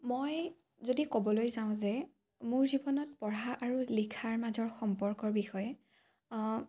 মই যদি ক'বলৈ যাওঁ যে মোৰ জীৱনত পঢ়া আৰু লিখাৰ মাজৰ সম্পৰ্কৰ বিষয়ে